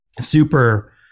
super